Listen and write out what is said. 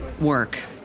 work